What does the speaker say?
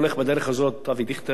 אני חושב שהוא עושה טעות גדולה מאוד,